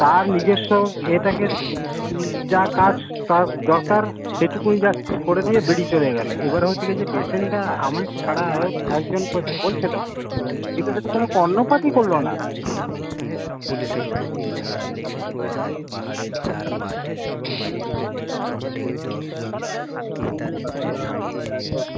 তার নিজেস্ব ইয়েটাকে যা কাজ তা দরকার সেটুকুই জাস্ট করে দিয়ে বেরিয়ে চলে গেল এবার হচ্ছে কি যে পেশেন্টরা আমি ছাড়াও একজন পেশেন্ট বলছিলো কিন্তু সে তো কোনো কর্ণপাতই করল না